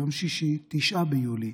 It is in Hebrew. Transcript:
ביום שישי, 9 ביולי,